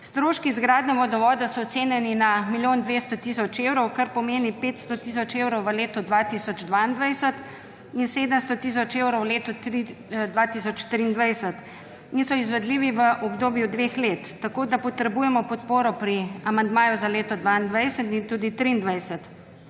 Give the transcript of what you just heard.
Stroški izgradnje vodovoda so ocenjeni na milijon 200 tisoč evrov, kar pomeni 500 tisoč evrov v letu 2022 in 700 tisoč evrov v letu 2023 in so izvedljivi v obdobju dveh let. Tako potrebujemo podporo pri amandmaju za leto 2022 in tudi 2023.